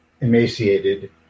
emaciated